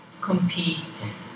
compete